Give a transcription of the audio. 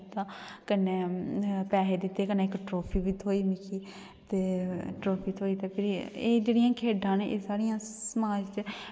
कन्नै पैसे दित्ते कन्नै इक ट्रॉफी बी थ्होई मिगी ते ट्रॉफी थ्होई ते भिरी एह् जेह्ड़ियां खेढां न एह् साढ़ियां समाज च